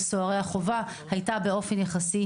סוהרי החובה הייתה גבוהה באופן יחסי.